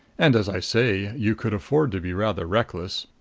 and, as i say, you could afford to be rather reckless.